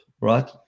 right